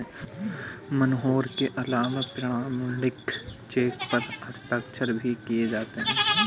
मोहर के अलावा प्रमाणिक चेक पर हस्ताक्षर भी किये जाते हैं